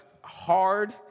hard